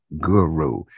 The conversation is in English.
guru